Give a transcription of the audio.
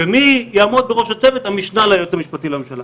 מי שיעמוד בראש הצוות הוא המשנה ליועץ המשפטי לממשלה.